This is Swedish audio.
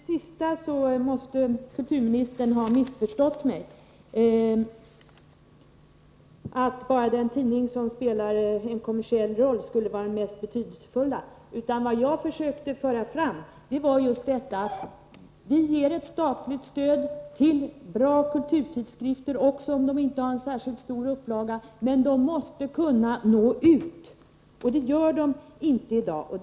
Herr talman! Beträffande det sista måste kulturministern ha missförstått mig. Jag har inte sagt att den tidning som spelar en kommersiell roll skulle vara den mest betydelsefulla. Vad jag försökte föra fram var just att vi ger ett statligt stöd till bra kulturtidskrifter, även om de inte har en särskilt stor upplaga, men att vi också måste se till att de kan nå ut. Det gör de inte i dag.